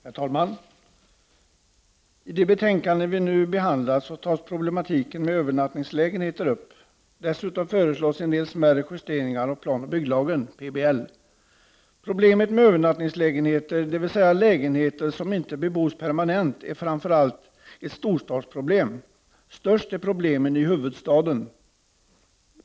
Herr talman! I det betänkande vi nu behandlar tas problematiken med övernattningslägenheter upp. Dessutom föreslås en del smärre justeringar av planoch bygglagen, PBL. Problemet med övernattningslägenheter, dvs. lägenheter som inte bebos permanent, är framför allt ett storstadsproblem. Störst är problemen i huvudstaden.